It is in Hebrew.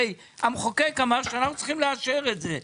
הרי המחוקק אמר שאנחנו צריכים לאשר את זה.